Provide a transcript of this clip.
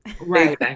right